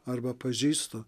arba pažįstu